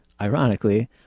ironically